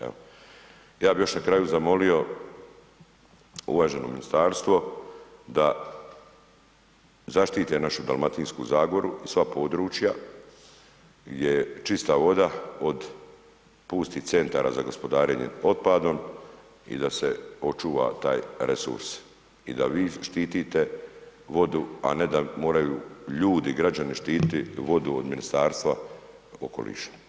Evo, ja bih još na kraju zamolio uvaženo ministarstvo da zaštite našu Dalmatinsku zagoru i sva područja gdje je čista voda od pustih centara za gospodarenje otpadom i da se očuva taj resurs i da vi štitite vodu, a ne da moraju ljudi, građani štititi od Ministarstva okoliša.